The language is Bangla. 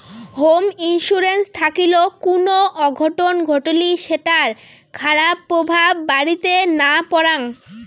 হোম ইন্সুরেন্স থাকিল কুনো অঘটন ঘটলি সেটার খারাপ প্রভাব বাড়িতে না পরাং